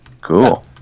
Cool